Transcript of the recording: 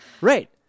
right